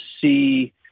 see